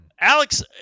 Alex